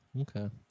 Okay